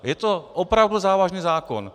Je to opravdu závažný zákon!